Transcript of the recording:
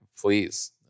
please